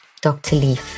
DRLEAF